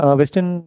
western